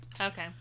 Okay